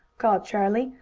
called charlie,